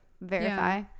verify